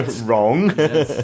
wrong